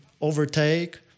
overtake